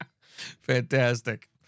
Fantastic